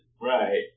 Right